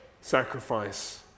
sacrifice